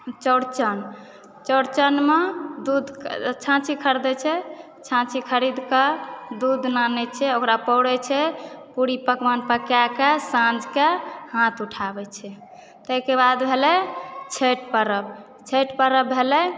चौड़चन चौड़चनमे दूध छाँछी खरीदए छै छाँछी खरीद कऽ दूध आनै छै ओकरा पौरै छै पूरी पकवान पकाए कऽ साँझ कऽ हाथ उठाबै छै तहिके बाद भेलै छठि परब छठि परब भेलै